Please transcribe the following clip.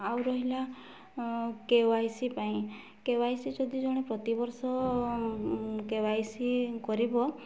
ଆଉ ରହିଲା K Y C ପାଇଁ କେ ୱାଇ ସି ଯଦି ଜଣେ ପ୍ରତିବର୍ଷ କେ ୱାଇ ସି କରିବ